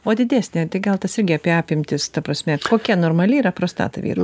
o didesnė tai gal tas irgi apie apimtis ta prasme kokia normali yra prostata vyrų